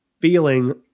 feeling